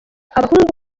abahungu